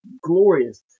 glorious